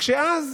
רק שאז